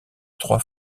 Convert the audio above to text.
trois